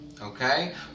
okay